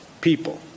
people